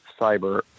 cyber